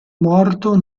morto